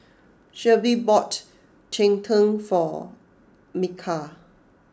Shelbie bought Cheng Tng for Mikal